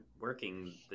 working